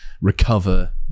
recover